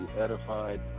edified